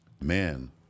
Man